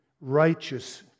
Righteous